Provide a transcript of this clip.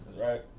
right